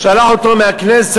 שלח אותו מהכנסת,